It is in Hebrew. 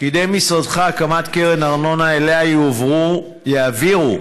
קידם משרדך הקמת קרן ארנונה שאליה יעבירו משרדי